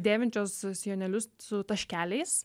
dėvinčios sijonėlius su taškeliais